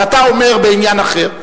מה אתה אומר בעניין אחר.